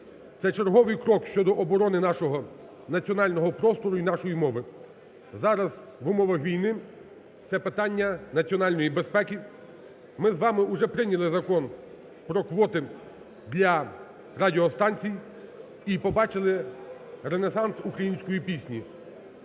Це черговий крок щодо оборони нашого національного простору і нашої мови. Зараз в умовах війни це питання національної безпеки. Ми з вами уже прийняли Закон про квоти для радіостанцій і побачили ренесанс української пісні.